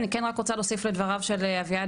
אני רוצה להוסיף לדבריו של אביעד,